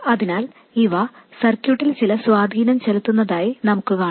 അതിനാൽ ഇവ സർക്യൂട്ടിൽ ചില സ്വാധീനം ചെലുത്തുന്നതായി നമുക്ക് കാണാം